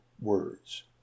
words